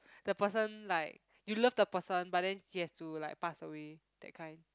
the person like you love the person but then he has to like pass away that kind